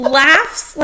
laughs